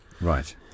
Right